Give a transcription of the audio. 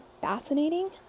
fascinating